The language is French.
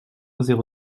zéro